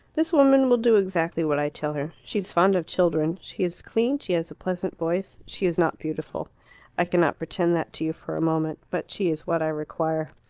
this woman will do exactly what i tell her. she is fond of children. she is clean she has a pleasant voice. she is not beautiful i cannot pretend that to you for a moment. but she is what i require.